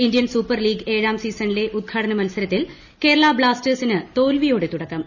Indian super league എഴാം സീസണിലെ ഉദ്ഘാടന മത്സരത്തിൽ ബ്ലാസ്റ്റേഴ്സിന് തോൽവിയോടെ കേരള തുടക്കം